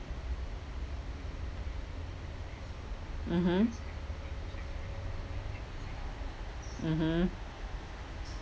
mmhmm mmhmm